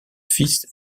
fils